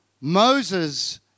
Moses